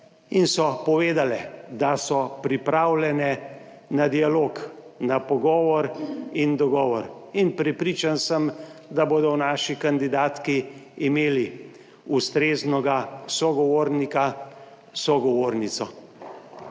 in so povedale, da so pripravljene na dialog, na pogovor in dogovor. In prepričan sem, da bodo naši kandidatki imeli ustreznega sogovornika, sogovornico.